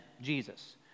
Jesus